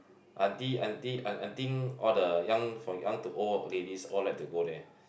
aunty aunty and I think all the young from young to old ladies all like to go there